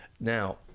Now